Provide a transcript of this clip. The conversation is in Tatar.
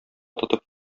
тотып